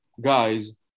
guys